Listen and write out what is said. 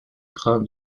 grammes